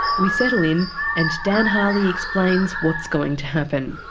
we settle in and dan harley explains what's going to happen.